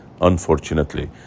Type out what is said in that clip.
unfortunately